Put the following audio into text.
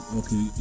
okay